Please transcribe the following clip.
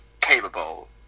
capable